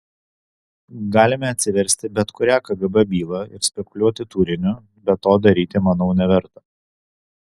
galime atsiversti bet kurią kgb bylą ir spekuliuoti turiniu bet to daryti manau neverta